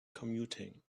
commuting